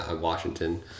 Washington